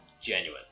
genuine